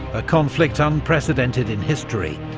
a conflict unprecedented in history,